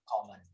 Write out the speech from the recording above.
common